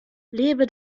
lebe